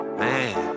man